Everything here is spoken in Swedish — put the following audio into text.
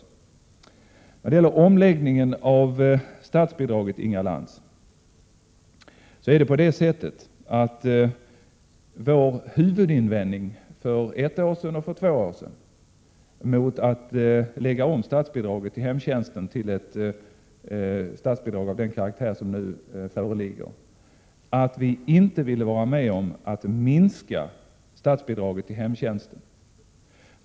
När det gäller omläggningen av statsbidraget, Inga Lantz, så var vår huvudinvändning för ett år sedan och för två år sedan mot att lägga om statsbidraget till hemtjänsten till ett statsbidrag av den karaktär som nu föreslås att vi inte ville vara med om att minska statsbidraget till hemtjänsten.